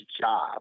job